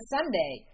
Sunday